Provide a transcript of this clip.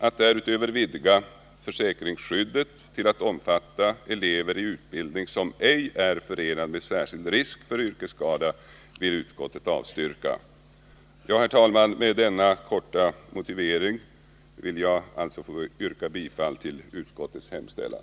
Att därutöver vidga försäkringsskyddet till att omfatta elever i utbildning som ej är förenad med särskild risk för yrkesskada vill utskottet avstyrka. Herr talman! Med denna korta motivering vill jag alltså yrka bifall till utskottets hemställan.